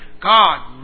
God